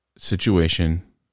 situation